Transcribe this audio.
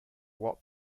what